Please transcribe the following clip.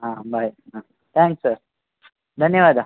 ಹಾಂ ಬಾಯ್ ಹಾಂ thanks sir ಧನ್ಯವಾದ